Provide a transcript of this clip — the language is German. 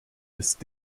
ist